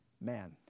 man